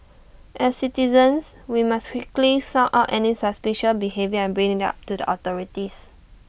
as citizens we must quickly sound out any suspicious behaviour and bring IT up to the authorities